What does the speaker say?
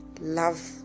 love